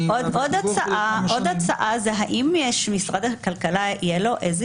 עוד הצעה זה האם למשרד הכלכלה יהיה איזה